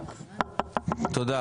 תודה.